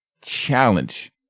challenge